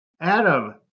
Adam